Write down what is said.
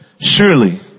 surely